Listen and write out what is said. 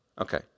Okay